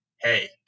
hey